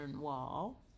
Wall